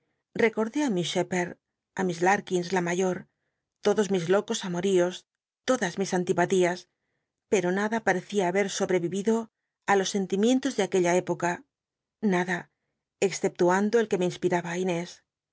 recordé tí miss shcpherd t miss lal'idns la ma todos mis locos amol'ios todas mis antipatías pero nada parccia haber sobrevivido i los sentimientos de aquella época nada exceptuando el que me ínspiraba inés